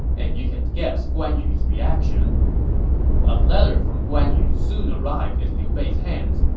and you can guess guan yu's reaction a letter from guan yu soon arrived in liu bei's hands.